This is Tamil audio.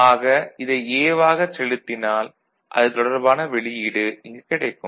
ஆக இதை A ஆகச் செலுத்தினால் அது தொடர்பான வெளியீடு இங்கு கிடைக்கும்